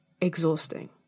exhausting